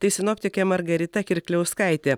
tai sinoptikė margarita kirkliauskaitė